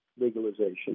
legalization